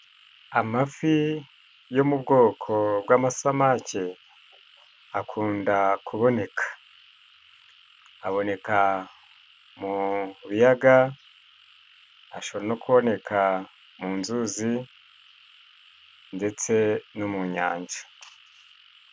Amafi yo mu bwoko bw'amasamake akunda kuboneka. Aboneka mu biyaga, ashobora no kuboneka mu nzuzi ndetse no mu nyanja.